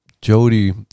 Jody